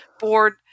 board